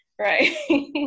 Right